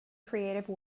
creative